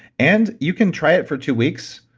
and you can try it for two weeks,